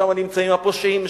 שמה נמצאים הפושעים,